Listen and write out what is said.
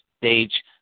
stage